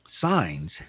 signs